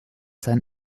sein